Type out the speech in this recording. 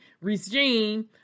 regime